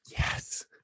Yes